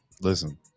Listen